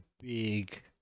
big